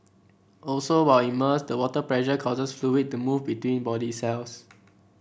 also while immersed the water pressure causes fluid to move between body cells